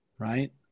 right